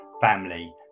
family